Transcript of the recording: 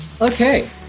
Okay